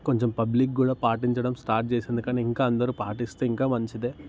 కొంచం పబ్లిక్ కూడా పాటించడం స్టార్ట్ చేసింది కానీ ఇంకా అందరు పాటిస్తే ఇంకా మంచిదే